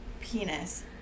penis